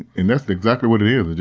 and that's exactly what it it